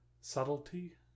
subtlety